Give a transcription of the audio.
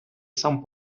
сам